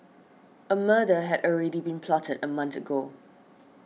a murder had already been plotted a month ago